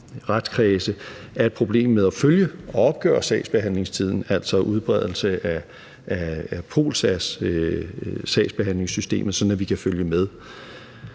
er et problem med at følge og opgøre sagsbehandlingstiden, altså udbredelsen af POLSAS, politiets sagsbehandlingssystem, sådan at vi kan følge med.